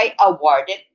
awarded